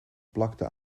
plakte